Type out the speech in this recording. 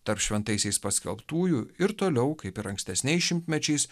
tarp šventaisiais paskelbtųjų ir toliau kaip ir ankstesniais šimtmečiais